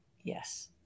yes